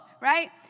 right